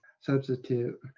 substitute